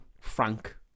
Frank